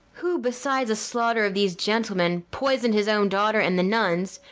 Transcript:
who, besides the slaughter of these gentlemen, poison'd his own daughter and the nuns,